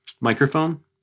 microphone